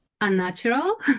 unnatural